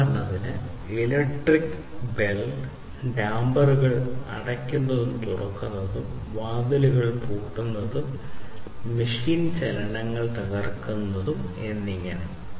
ഉദാഹരണത്തിന് electric bell ഡാംപറുകൾ തുറക്കുന്നതും അടയ്ക്കുന്നതും വാതിലുകൾ പൂട്ടുന്നതും മെഷീൻ ചലനങ്ങൾ തകർക്കുന്നതും എന്നിങ്ങനെ